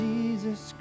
Jesus